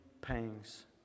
pangs